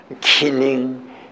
killing